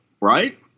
right